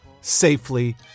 safely